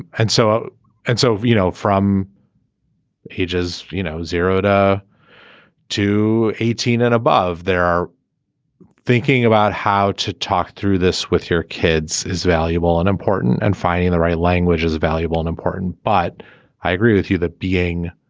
and so and so you know from ages you know zero to to eighteen and above there are thinking about how to talk through this with your kids is valuable and important and finding the right language is a valuable and important. but i agree with you that being